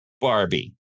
Barbie